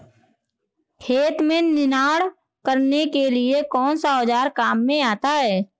खेत में निनाण करने के लिए कौनसा औज़ार काम में आता है?